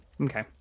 Okay